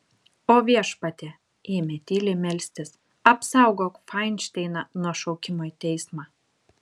o viešpatie ėmė tyliai melstis apsaugok fainšteiną nuo šaukimo į teismą